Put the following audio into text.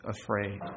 afraid